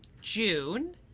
june